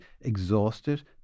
exhausted